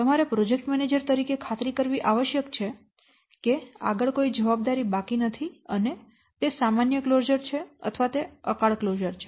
તમારે project manager તરીકે ખાતરી કરવી આવશ્યક છે કે આગળ કોઈ જવાબદારી બાકી નથી અને તે સામાન્ય ક્લોઝર છે અથવા તે અકાળ ક્લોઝર છે